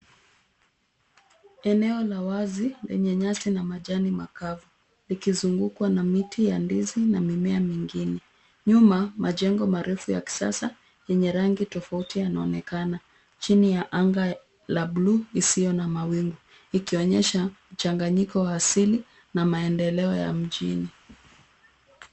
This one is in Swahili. Eneo la wazi lenye nyasi na majani makavu likizungukwa na miti ya ndizi na mimea mingine. Nyuma majengo marefu ya kisasa yenye rangi tofauti yanaonekana chini ya anga ya bluu isiyo na mawingu ikionyesha mchanganyiko wa asili na maendeleo ya mjini.